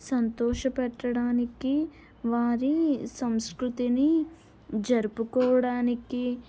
సంతోష పెట్టడానికి వారి సంస్కృతిని జరుపుకోవడానికి